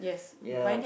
ya